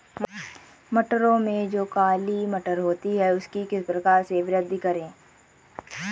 मटरों में जो काली मटर होती है उसकी किस प्रकार से वृद्धि करें?